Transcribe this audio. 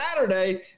Saturday